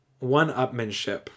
One-upmanship